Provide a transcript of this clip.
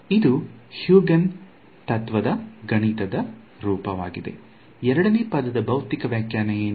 ಇದು ಹ್ಯೂಗೆನ್ ತತ್ವದ Huygen's principle ಗಣಿತದ ರೂಪವಾಗಿದೆ ಎರಡನೇ ಪದದ ಭೌತಿಕ ವ್ಯಾಖ್ಯಾನ ಏನು